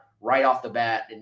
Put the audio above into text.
right-off-the-bat